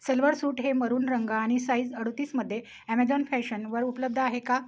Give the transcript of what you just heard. salwar suit हे maroon रंग आणि साइज अडतीसमध्ये ॲमेजॉन फॅशनवर उपलब्ध आहे का